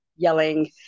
yelling